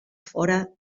fora